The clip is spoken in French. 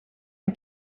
une